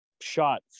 shot